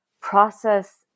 process